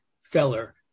Feller